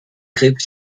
krebs